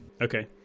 Okay